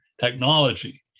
technology